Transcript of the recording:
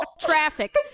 Traffic